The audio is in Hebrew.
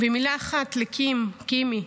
מילה אחת לקים, קימי,